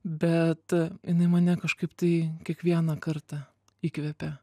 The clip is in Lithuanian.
bet jinai mane kažkaip tai kiekvieną kartą įkvepia